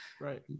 right